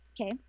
okay